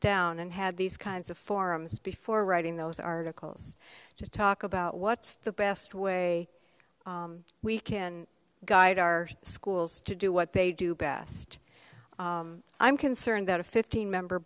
down and had these kinds of forums before writing those articles to talk about what's the best way we can guide our schools to do what they do best i'm concerned that a fifteen member